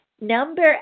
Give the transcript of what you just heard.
Number